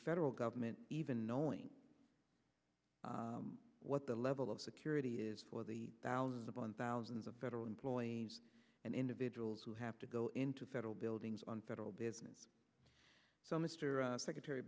federal government even knowing what the level of security is for the thousands upon thousands of federal and individuals who have to go into federal buildings on federal business so mr secretary